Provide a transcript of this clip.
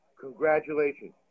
Congratulations